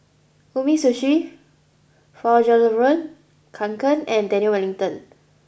Umisushi Fjallraven Kanken and Daniel Wellington